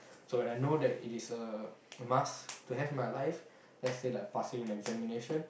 so when I know that it is a must to have in my life let's say like passing in examination